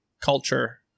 culture